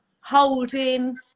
holding